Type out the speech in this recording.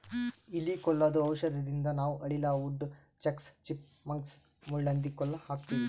ಇಲಿ ಕೊಲ್ಲದು ಔಷಧದಿಂದ ನಾವ್ ಅಳಿಲ, ವುಡ್ ಚಕ್ಸ್, ಚಿಪ್ ಮಂಕ್ಸ್, ಮುಳ್ಳಹಂದಿ ಕೊಲ್ಲ ಹಾಕ್ತಿವಿ